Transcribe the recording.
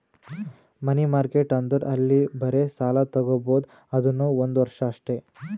ಮನಿ market ಅಂದುರ್ ಅಲ್ಲಿ ಬರೇ ಸಾಲ ತಾಗೊಬೋದ್ ಅದುನೂ ಒಂದ್ ವರ್ಷ ಅಷ್ಟೇ